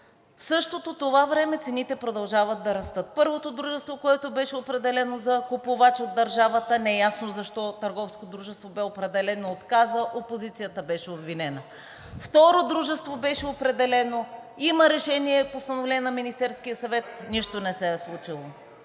В същото това време цените продължават да растат. Първото дружество, което беше определено за купувач от държавата, неясно защо търговско дружество бе определено, отказа – опозицията беше обвинена. Второ дружество беше определено, има решение с постановление на Министерския съвет – нищо не се е случило.